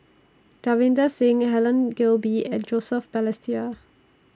Davinder Singh Helen Gilbey and Joseph Balestier